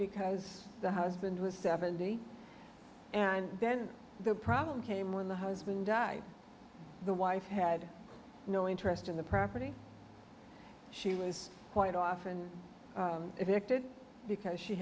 because the husband was seventy and then the problem came when the husband the wife had no interest in the property she was quite often effected because she